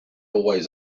always